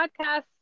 podcast